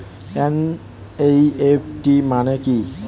NEFT মানে কি?